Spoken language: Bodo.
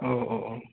औ औ औ